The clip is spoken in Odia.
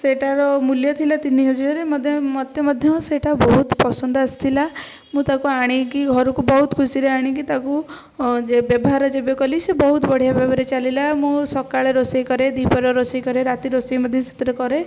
ସେଇଟାର ମୂଲ୍ୟ ଥିଲା ତିନିହଜାର ମଧ୍ୟ ମୋତେ ମଧ୍ୟ ସେଇଟା ବହୁତ ପସନ୍ଦ ଆସିଥିଲା ମୁଁ ତାକୁ ଆଣିକି ଘରକୁ ବହୁତ ଖୁସିରେ ଆଣିକି ତାକୁ ବ୍ୟବହାର ଯେବେ କଲି ସେ ବହୁତ ବଢ଼ିଆ ଭାବରେ ଚାଲିଲା ମୁଁ ସକାଳେ ରୋଷେଇ କରେ ଦ୍ୱିପହରେ ରୋଷେଇ କରେ ରାତି ରୋଷେଇ ମଧ୍ୟ ସେଥିରେ କରେ